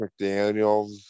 mcdaniels